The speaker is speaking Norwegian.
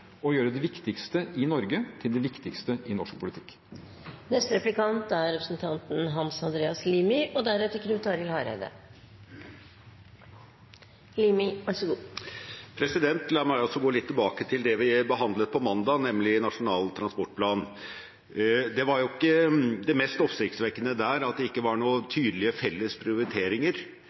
og gjøre det viktigste i Norge til det viktigste i norsk politikk. La meg også gå litt tilbake til det vi behandlet på mandag, nemlig Nasjonal transportplan. Det mest oppsiktsvekkende da var ikke at opposisjonen ikke hadde noen tydelige felles prioriteringer